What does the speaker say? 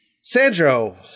Sandro